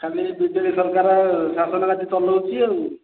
ଖାଲି B J D ସରକାର ଶାସନ ଗାଦି ଚଳାଉଛି ଆଉ